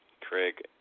Craig